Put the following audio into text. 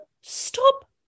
stop